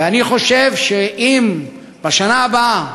ואני חושב שאם בשנה הבאה,